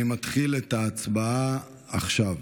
אני מתחיל את ההצבעה עכשיו.